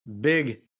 big